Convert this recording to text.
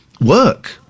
work